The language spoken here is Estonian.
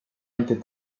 anti